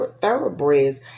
thoroughbreds